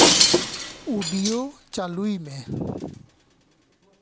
audio ᱪᱟᱹᱞᱩᱭ ᱢᱮ